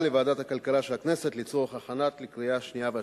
לוועדת הכלכלה של הכנסת לצורך הכנה לקריאה שנייה ושלישית.